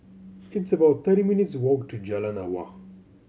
it's about thirty minutes' walk to Jalan Awang